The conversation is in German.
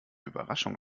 überraschung